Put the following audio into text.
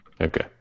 Okay